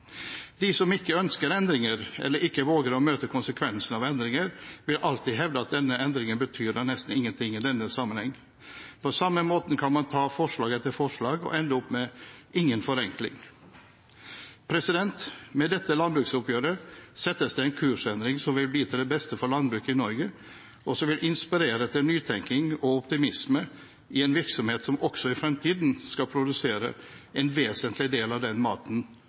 De som ikke ønsker endringer eller ikke våger å møte konsekvensene, vil alltid hevde at denne endringen nesten ikke betyr noe i denne sammenheng. På samme måten kan man ta for seg forslag etter forslag og ende opp med at det ikke blir noen forenkling. Med dette landbruksoppgjøret skjer det en kursendring som vil bli til det beste for landbruket i Norge, og som vil inspirere til nytenkning og optimisme i en virksomhet som også i fremtiden skal produsere en vesentlig del av den maten